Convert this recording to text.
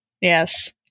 Yes